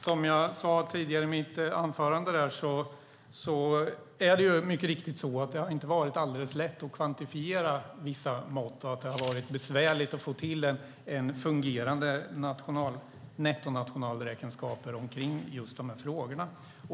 Herr talman! Som jag sade i mitt anförande tidigare är det mycket riktigt så att det inte har varit alldeles lätt att kvantifiera vissa mått, och det har varit besvärligt att få till fungerande nettonationalräkenskaper kring de här frågorna.